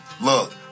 look